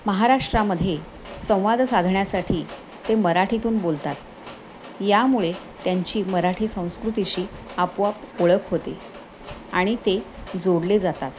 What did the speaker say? महाराष्ट्रामध्ये संवाद साधण्यासाठी ते मराठीतून बोलतात यामुळे त्यांची मराठी संस्कृतीशी आपोआप ओळख होते आणि ते जोडले जातात